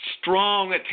strong